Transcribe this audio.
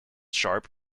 sharp